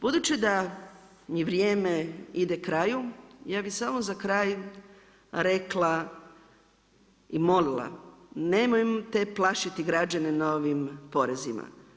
Budući da mi vrijeme ide kraju, ja bi samo za kraj rekla i molila, nemojte plašiti građane novim porezima.